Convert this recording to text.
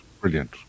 Brilliant